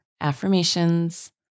Affirmations